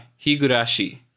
Higurashi